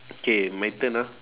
K my turn ah